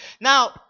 Now